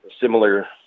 similar